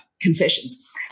confessions